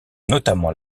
notamment